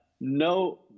No